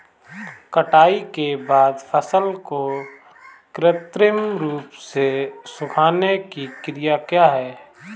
कटाई के बाद फसल को कृत्रिम रूप से सुखाने की क्रिया क्या है?